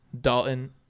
Dalton